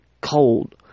Cold